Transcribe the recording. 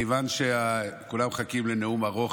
מכיוון שכולם מחכים לנאום ארוך